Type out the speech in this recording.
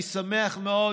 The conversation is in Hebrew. אני שמח מאוד,